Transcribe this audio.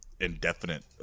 indefinite